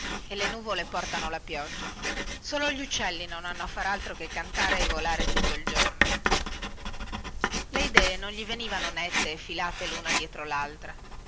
e le nuvole portano la pioggia solo gli uccelli non hanno a far altro che cantare e volare tutto il giorno le idee non gli venivano nette e filate luna dietro laltra